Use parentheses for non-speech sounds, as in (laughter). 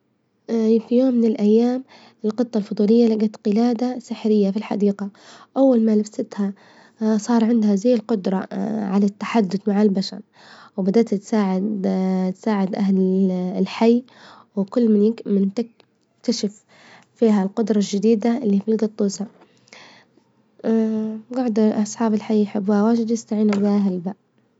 (hesitation) في يوم من الأيام القطة الفظولية لجت قلادة سحرية في الحديقة، أول ما لبستها (hesitation) صار عندها زي القدرة (hesitation) على التحدث مع البشر، وبدت تساعد (hesitation) تساعد أهل (hesitation) أهل الحي، وكل من- من تك- تكتشف فيها القدرة الجديدة إللي في الجط، وجعدوا أصحاب الحي يحبوها ويستعينوا بها هلبى.